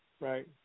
right